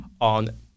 on